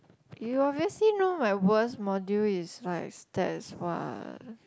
you obviously know my worst module is my stats what